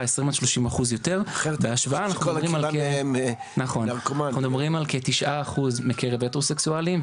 מדברים על כתשעה אחוז בקרב הטרו-סקסואלים,